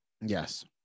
Yes